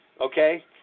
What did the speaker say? okay